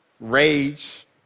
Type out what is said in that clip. rage